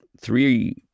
three